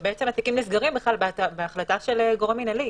והתיקים נסגרים בהחלטת גורם מינהלי.